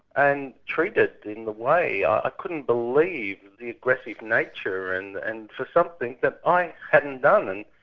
and treated in the way i couldn't believe the aggressive nature and and for something that i hadn't done. and